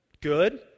Good